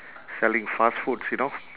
selling fast foods you know